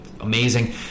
amazing